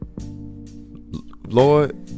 Lord